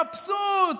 מבסוט,